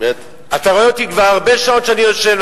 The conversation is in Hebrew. אתה רואה אותי כבר הרבה שעות יושב,